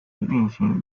运行